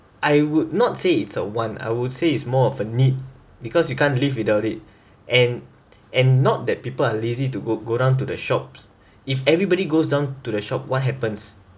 I would not say it's a want I would say it's more of a need because you can't live without it and and not that people are lazy to go go down to the shops if everybody goes down to the shop what happens